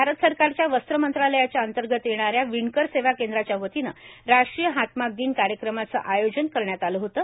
भारत सरकारच्या वस्त्र मंत्रालयाच्या अंतर्गत येणाऱ्या विणकर सेवा केंद्राच्या वतीनं राष्ट्रीय हातमाग दिन कार्यक्रमाचं आयोजन करण्यात आलं होतं